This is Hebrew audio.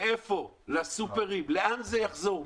לאן זה יחזור?